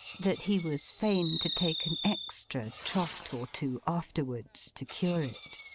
that he was fain to take an extra trot or two, afterwards, to cure it.